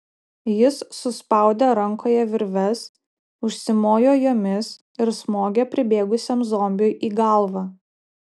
jis suspaudė rankoje virves užsimojo jomis ir smogė pribėgusiam zombiui į galvą